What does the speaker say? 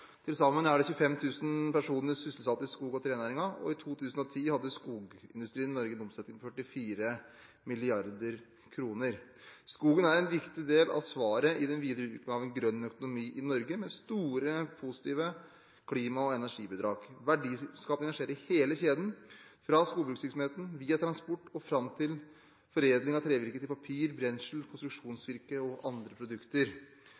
Til sammen er 25 000 personer sysselsatt i skog- og trenæringen, og i 2010 hadde skogindustrien i Norge en omsetning på 44 mrd. kr. Skogen er en viktig del av svaret i den videre utviklingen av en grønn økonomi i Norge med store positive klima- og energibidrag. Verdiskapingen skjer i hele kjeden, fra skogbrukvirksomheten via transport og fram til foredling av trevirket til papir, brensel, konstruksjonsvirke og andre produkter.